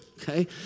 okay